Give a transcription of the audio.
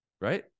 right